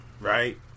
right